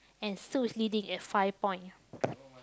and Sue is leading at five point